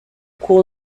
cours